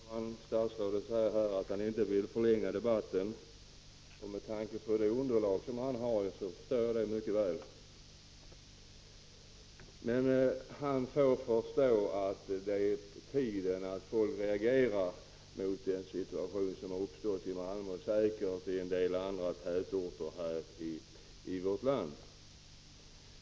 Fru talman! Statsrådet säger att han inte vill förlänga debatten. Med tanke på det underlag som han har, förstår jag det mycket väl. Men han får förstå att det är på tiden att folk reagerar mot den situation som uppstått i Malmö och säkert i en del andra tätorter i vårt land.